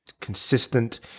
consistent